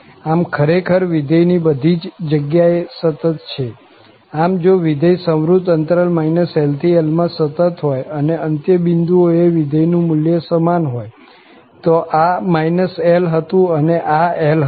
આમ ખરેખર વિધેય બધી જ જગ્યા એ સતત છે આમ જો વિધેય સંવૃત અંતરાલ LL માં સતત હોય અને અંત્યબિંદુઓ એ વિધેયનું મુલ્ય સમાન હોય તો આ L હતું અને આ L હતું